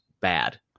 bad